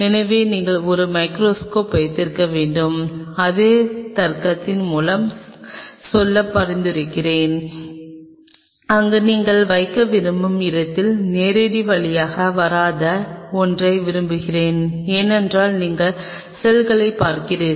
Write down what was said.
எனவே நீங்கள் ஒரு மைகிரோஸ்கோப் வைத்திருக்க வேண்டும் அதே தர்க்கத்தின் மூலம் செல்ல பரிந்துரைக்கிறேன் அங்கு நீங்கள் வைக்க விரும்பும் இடத்தில் நேரடி வழியில் வராத ஒன்றை விரும்புகிறேன் ஏனென்றால் நீங்கள் செல்களைக் பார்க்கிறீர்கள்